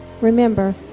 Remember